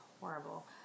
horrible